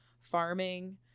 farming